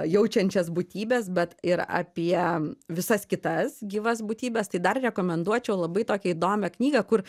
jaučiančias būtybes bet ir apie visas kitas gyvas būtybes tai dar rekomenduočiau labai tokią įdomią knygą kur